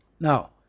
Now